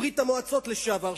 מברית-המועצות לשעבר,